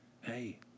hey